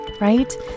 Right